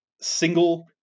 single